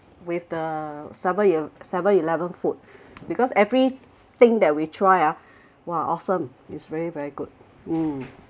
with the uh seven e~ seven eleven food because every thing that we try ah !wah! awesome is very very good mm